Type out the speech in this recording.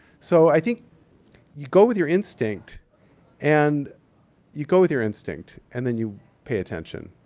so, i think you go with your instinct and you go with your instinct. and then you pay attention.